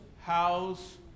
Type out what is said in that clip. house